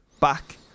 Back